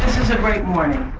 great morning.